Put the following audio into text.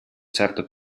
certo